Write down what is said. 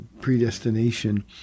predestination